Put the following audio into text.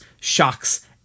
shocks